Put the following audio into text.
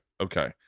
okay